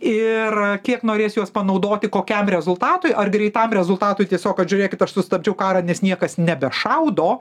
ir kiek norės juos panaudoti kokiam rezultatui ar greitam rezultatui tiesiog žiūrėkit aš sustabdžiau karą nes niekas nebešaudo